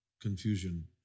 confusion